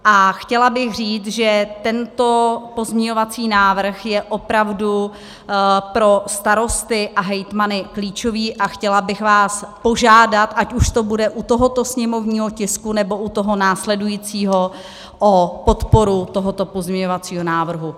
A chtěla bych říct, že tento pozměňovací návrh je opravdu pro starosty a hejtmany klíčový, a chtěla bych vás požádat, ať už to bude u tohoto sněmovního tisku, nebo u toho následujícího, o podporu tohoto pozměňovacího návrhu.